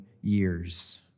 years